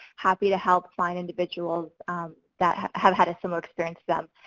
happy to help find individuals that have had a similar experience to them,